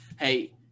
Hey